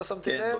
כן.